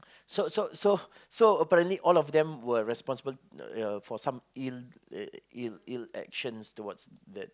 so so so so apparently all of them were responsible you know for some ill uh ill ill actions towards that